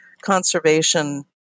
conservation